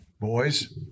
Boys